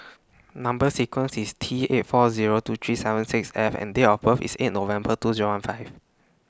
Number sequence IS T eight four Zero two three seven six F and Date of birth IS eight November two Zero one five